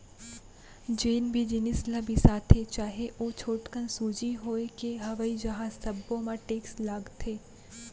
जेन भी जिनिस ल बिसाथे चाहे ओ छोटकन सूजी होए के हवई जहाज सब्बो म टेक्स लागथे